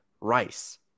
Rice